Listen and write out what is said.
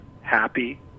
happy